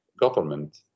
government